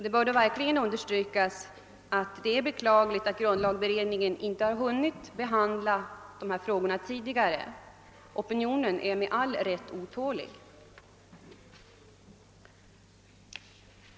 Det bör verkligen understrykas att det är beklagligt att grundlagberedningen inte har hunnit behandla dessa frågor tidigare. Opinionen är med all rätt otålig!